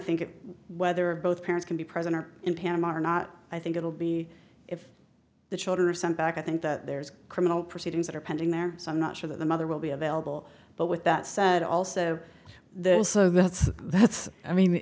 think whether both parents can be present or in panama or not i think it will be if the children are sent back i think that there's criminal proceedings that are pending there so i'm not sure that the mother will be available but with that said also this so that's that's i mean